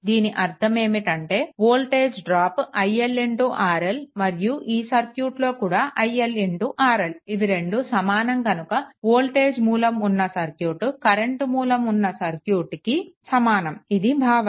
దీని అర్థం ఏమిటంటే వోల్టేజ్ డ్రాప్ iL RL మరియు ఈ సర్క్యూట్లో కూడా iL RL ఇవి రెండు సమానం కనుక వోల్టేజ్ మూలం ఉన్న సర్క్యూట్ కరెంట్ మూలం ఉన్న సర్క్యూట్కి సమానం ఇది భావన